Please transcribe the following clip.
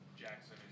Jackson